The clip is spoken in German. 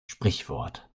sprichwort